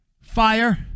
fire